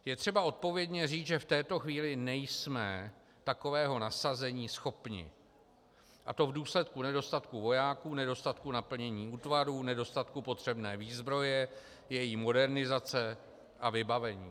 Je třeba odpovědně říct, že v této chvíli nejsme takového nasazení schopni, a to v důsledku nedostatku vojáků, nedostatku naplnění útvarů, nedostatku potřebné výzbroje, její modernizace a vybavení.